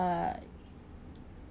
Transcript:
uh